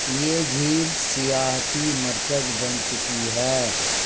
یہ جھیل سیاحتی مرکج بن چکی ہے